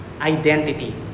identity